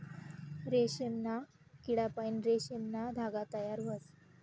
रेशीमना किडापाईन रेशीमना धागा तयार व्हस